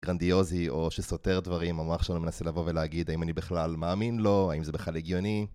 גרנדיוזי או שסותר דברים, המוח שלנו מנסה לבוא ולהגיד "האם אני בכלל מאמין לו?", "האם זה בכלל הגיוני?"